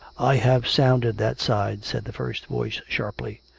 i have sounded that side, said the first voice sharply.